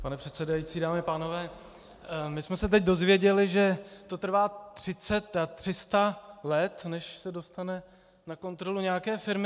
Pane předsedající, dámy a pánové, my jsme se teď dozvěděli, že to trvá 300 let, než se dostane na kontrolu nějaké firmy.